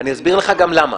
אני אסביר לך גם למה.